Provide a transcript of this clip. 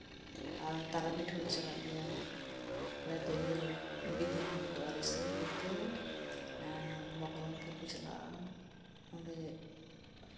ᱟᱨ ᱛᱟᱨᱟᱯᱤᱴᱷ ᱦᱚᱞᱮ ᱪᱟᱞᱟᱜ ᱜᱮᱭᱟ ᱟᱞᱮ ᱫᱚ ᱤᱭᱟᱹ ᱵᱤᱫᱤᱱ ᱦᱚᱲᱫᱚ ᱟᱨ ᱤᱥᱟᱹᱭ ᱦᱚᱲ ᱫᱚ ᱢᱚᱠᱚᱨᱚᱢᱯᱩᱨ ᱠᱚ ᱪᱟᱞᱟᱜᱼᱟ ᱚᱸᱰᱮ